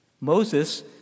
Moses